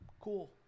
Cool